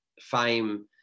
fame